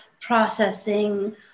processing